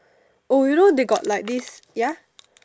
oh you know they got like this ya